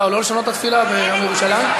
או לא לשנות את התפילה ביום ירושלים?